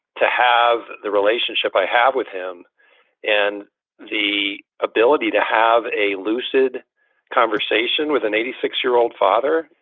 to have the relationship i have with him and the ability to have a lucid conversation with an eighty six year old father.